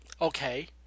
okay